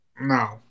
No